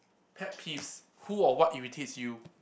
pet peeves who or what irritates you